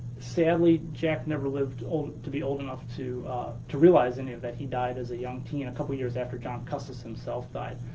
sadly, jack never lived to be old enough to to realize any of that, he died as a young teen, a couple years after john custis himself died.